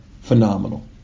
Phenomenal